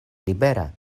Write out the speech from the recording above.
libera